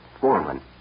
foreman